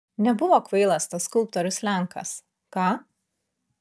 nebuvo kvailas tas skulptorius lenkas ką